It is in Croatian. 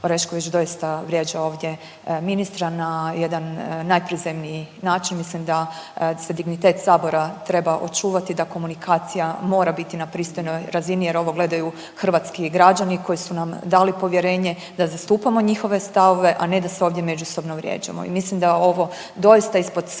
Orešković doista vrijeđa ovdje ministra na jedan najprizemniji način. Mislim da se dignitet Sabora treba očuvati da komunikacija mora biti na pristojnoj razini jer ovo gledaju hrvatski građani koji su nam dali povjerenje da zastupamo njihove stavove, a ne da se ovdje međusobno vrijeđamo. I mislim da ovo doista ispod svake